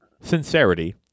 sincerity